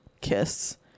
kiss